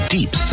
Deep